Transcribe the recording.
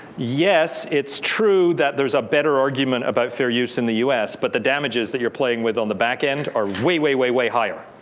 yes, it's true that there's a better argument about fair use in the us. but the damages that you're playing with on the back end are way, way, way, way higher.